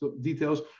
details